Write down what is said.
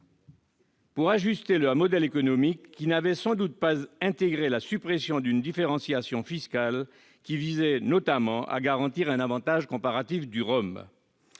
pour ajuster son modèle économique qui n'avait sans doute pas intégré la suppression d'une différenciation fiscale visant notamment à garantir un avantage comparatif au rhum.